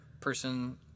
person